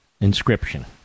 inscription